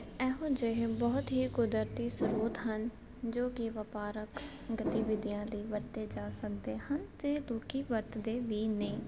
ਇਹੋ ਜਿਹੇ ਬਹੁਤ ਹੀ ਕੁਦਰਤੀ ਸਰੋਤ ਹਨ ਜੋ ਕਿ ਵਪਾਰਕ ਗਤੀਵਿਧੀਆਂ ਲਈ ਵਰਤੇ ਜਾ ਸਕਦੇ ਹਨ ਅਤੇ ਲੋਕ ਵਰਤਦੇ ਵੀ ਨੇ